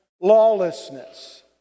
lawlessness